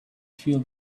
feel